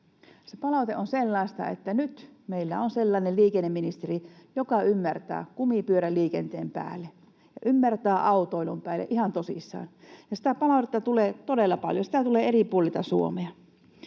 Se palaute on sellaista, että nyt meillä on sellainen liikenneministeri, joka ymmärtää kumipyöräliikenteen päälle ja ymmärtää autoilun päälle ihan tosissaan. Sitä palautetta tulee todella paljon, sitä tulee eri puolilta Suomea.